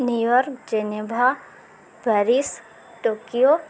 New York Geneva Paris Tokyo